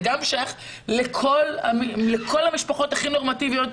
זה גם שייך לכל המשפחות הכי נורמטיביות,